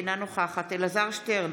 אינה נוכחת אלעזר שטרן,